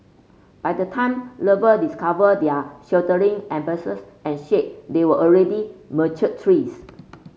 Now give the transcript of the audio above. by the time lover discovered their sheltering embraces and shade they were already mature trees